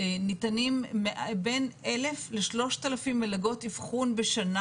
ניתנים בין 1,000 ל-3,000 מלגות אבחון בשנה